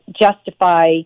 justify